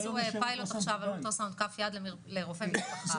מכבי עשו פיילוט עכשיו על אולטרסאונד כף יד לרופאי משפחה.